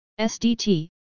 SDT